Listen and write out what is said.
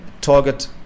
target